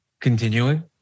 continuing